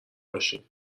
باشین